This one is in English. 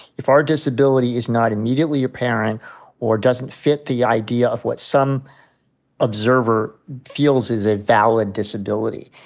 if our disability is not immediately apparent or doesn't fit the idea of what some observer feels is a valid disability,